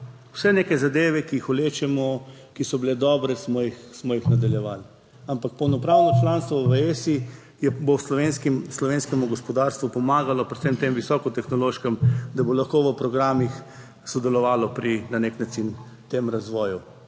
vse neke zadeve, ki jih vlečemo, ki so bile dobre, smo jih, smo jih nadaljevali. Ampak polnopravno članstvo v Esi slovenskem, slovenskemu gospodarstvu pomagalo, predvsem tem visokotehnološkem, da bo lahko v programih sodelovalo pri na nek način tem razvoju.